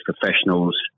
professionals